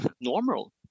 normal